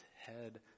head